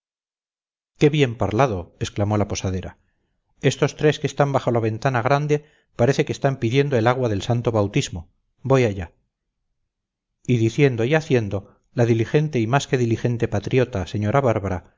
qué bien parlado exclamó la posadera estos tres que están bajo la ventana grande parece que están pidiendo el agua del santo bautismo voy allá y diciendo y haciendo la diligente y más que diligente patriota señora bárbara